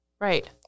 Right